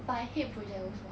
but I hate project also